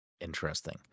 Interesting